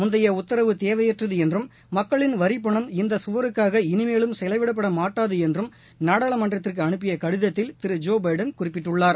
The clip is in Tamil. முந்தைய உத்தரவு தேவையற்றது என்றும் மக்களின் வரிப்பணம் இந்த கவருக்காக இனிமேலும் செலவிடப்பட மாட்டாது என்று நாடாளுமன்றத்திற்கு அனுப்பிய கடிதத்தில் திரு ஜோ பைடன் குறிப்பிட்டுள்ளார்